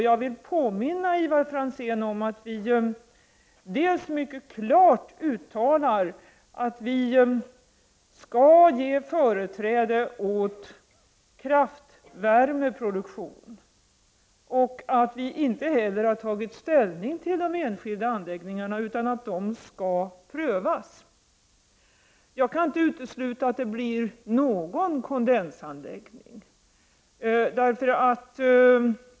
Jag vill påminna Ivar Franzén om att vi dels mycket klart uttalar att vi skall ge företräde åt kraftvärmeproduktion och om att vi inte har tagit ställning till de enskilda anläggningarna utan att dessa skall prövas. Jag kan inte utesluta att det blir någon kondensanläggning.